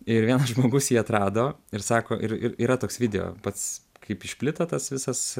ir vienas žmogus jį atrado ir sako ir ir yra toks video pats kaip išplito tas visas